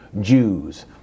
Jews